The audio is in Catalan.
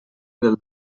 del